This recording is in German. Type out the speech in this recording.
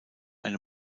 eine